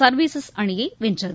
services அணியை வென்றது